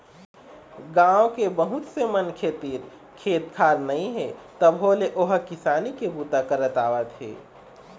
गाँव के बहुत से मनखे तीर खेत खार नइ हे तभो ले ओ ह किसानी के बूता करत आवत हे